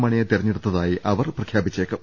മാണിയെ തെരഞ്ഞെടുത്തതായി അവർ പ്രഖ്യാപിച്ചേക്കും